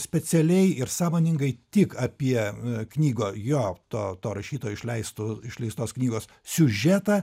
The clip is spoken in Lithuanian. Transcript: specialiai ir sąmoningai tik apie knygą jo to to rašytojo išleisto išleistos knygos siužetą